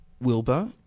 Wilbur